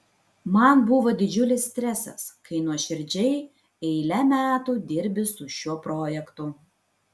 man buvo didžiulis stresas kai nuoširdžiai eilę metų dirbi su šiuo projektu